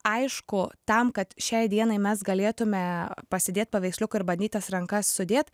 aišku tam kad šiai dienai mes galėtume pasidėt paveiksliuką ir bandyt tas rankas sudėt